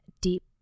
deep